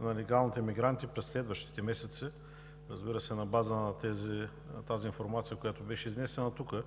на нелегалните емигранти през следващите месеци, разбира се, на база на тази информация, която беше изнесена от